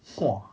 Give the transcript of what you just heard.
!wah!